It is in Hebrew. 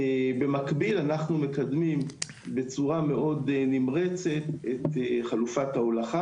במקביל אנחנו מקדמים בצורה מאוד נמרצת את חלופת ההולכה,